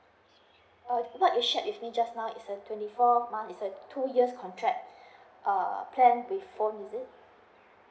uh what you shared with me just now is a twenty four months two years contract uh plan with phone is it